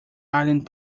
island